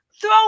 Throw